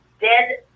dead